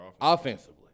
Offensively